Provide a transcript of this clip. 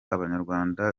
abanyarwanda